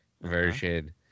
version